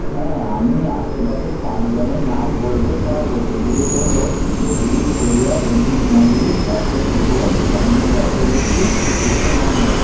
হ্যাঁ আমি আশেপাশের পাঁচ জনের নাম বলতে পারব সেগুলি হল অভিজিৎ পড়িয়া রঞ্জিত মল্লিক অসীম ঘোষ চন্দন চক্রবর্তী টুশি মণ্ডল